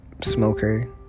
smoker